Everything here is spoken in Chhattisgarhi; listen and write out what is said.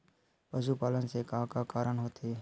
पशुपालन से का का कारण होथे?